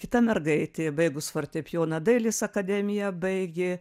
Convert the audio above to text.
kita mergaitė baigus fortepijoną dailės akademiją baigė